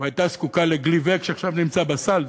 והייתה זקוקה ל"גליבק" שעכשיו נמצא בסל,